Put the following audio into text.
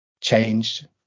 changed